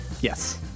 Yes